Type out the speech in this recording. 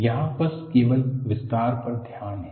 यहां बस केवल विस्तार पर ध्यान है